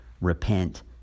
repent